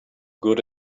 good